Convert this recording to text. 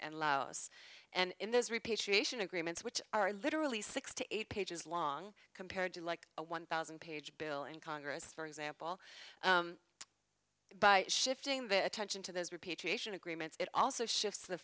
and laos and in those repatriation agreements which are literally six to eight pages long compared to like a one thousand page bill in congress for example by shifting the attention to those repatriation agreements it also shifts the